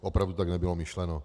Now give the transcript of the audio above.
Opravdu to tak nebylo myšleno.